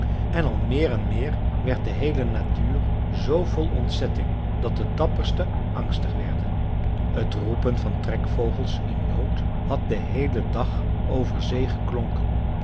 en al meer en meer werd de heele natuur z vol ontzetting dat de dapperste angstig werden t roepen van trekvogels in nood had den heelen dag over zee geklonken